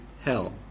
hell